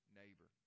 neighbor